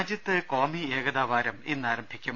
രാജ്യത്ത് കാമി ഏകതാ വാരം ഇന്ന് ആരംഭിക്കും